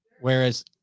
Whereas